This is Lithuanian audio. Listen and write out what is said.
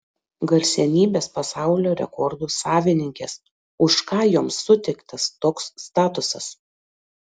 garsenybės pasaulio rekordų savininkės už ką joms suteiktas toks statusas